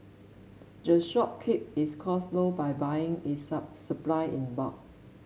the shop keep its cost low by buying its supply in bulk